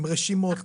עם רשימות,